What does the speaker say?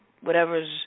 whatever's